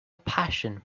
passion